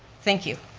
thank you.